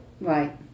Right